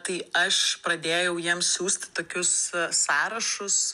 tai aš pradėjau jiems siųsti tokius sąrašus